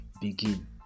begin